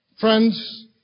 Friends